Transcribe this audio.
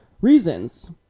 reasons